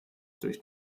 durch